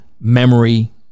memory